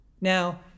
Now